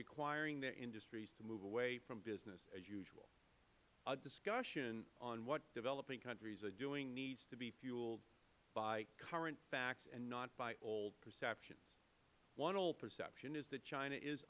requiring their industries to move away from business as usual our discussion on what developing countries are doing needs to be fueled by current facts and not by old perceptions one old perception is that china is